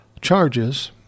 charges